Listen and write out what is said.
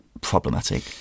problematic